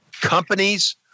companies